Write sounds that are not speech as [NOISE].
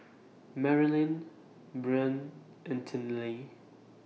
Marilyn Brien and [UNINTELLIGIBLE]